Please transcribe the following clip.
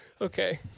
Okay